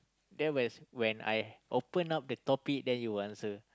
then where's when I open up the topic then you answer